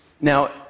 Now